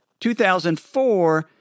2004